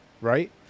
right